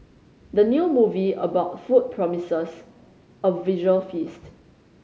the new movie about food promises a visual feast